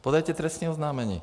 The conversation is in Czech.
Podejte trestní oznámení.